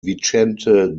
vicente